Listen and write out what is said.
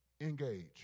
engage